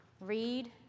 read